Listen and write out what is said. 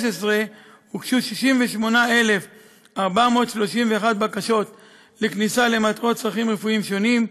הוגשו 68,431 בקשות לכניסה למטרת צרכים רפואיים שונים,